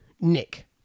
Nick